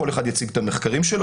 כל אחד יציג את המחקרים שלו